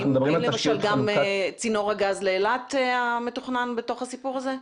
האם למשל גם צינור הגז לאילת מתוכנן בתוך הסיפור הזה?